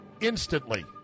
instantly